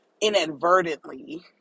inadvertently